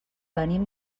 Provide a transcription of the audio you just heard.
venim